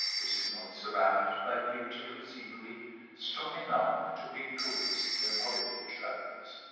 it is not surrounded by beauty of scenery strong enough to bring tourists and holiday travellers.